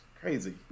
crazy